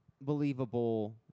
believable